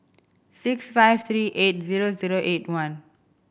six five three eight zero zero eight one